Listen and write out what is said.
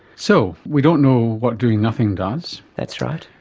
so we don't know what doing nothing does. that's right.